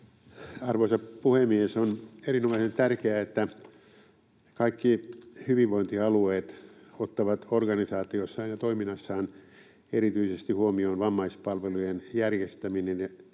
Arvoisa puhemies! On erinomaisen tärkeää, että kaikki hyvinvointialueet ottavat organisaatiossaan ja toiminnassaan erityisesti huomioon vammaispalvelujen järjestämisen ja